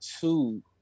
two